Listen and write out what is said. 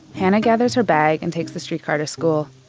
hana gathers her bag and takes the streetcar to school.